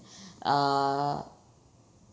uh